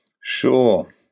Sure